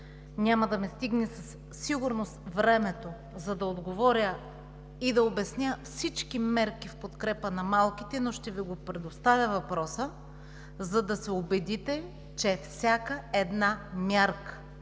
няма да ми стигне времето, за да отговоря и да обясня всички мерки в подкрепа на малките, но ще Ви предоставя въпроса, за да се убедите, че при всяка една мярка